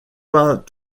pas